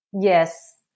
Yes